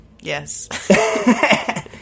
Yes